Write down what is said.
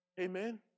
Amen